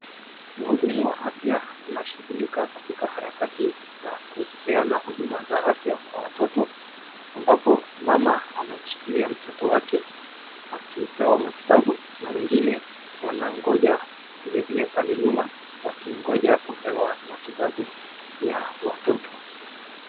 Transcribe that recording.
Muhudumu wa afya anashughulika katika harakati za kupeana huduma za afya kwa watoto. Ambapo mama anamshikilia mtoto wake akipewa matibabu, na wengine wanangoja vilevile pale nyuma, wakingoja kupewa matibabu ya watoto.